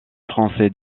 français